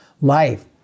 life